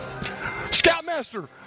Scoutmaster